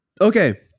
okay